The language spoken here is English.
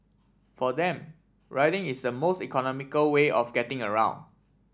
for them riding is the most economical way of getting around